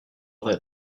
that